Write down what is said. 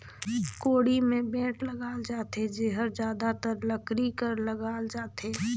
कोड़ी मे बेठ लगाल जाथे जेहर जादातर लकरी कर लगाल जाथे